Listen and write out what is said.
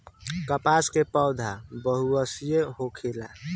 कपास के पौधा बहुवर्षीय होखेला